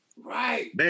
Right